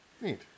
Neat